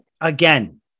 again